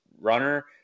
runner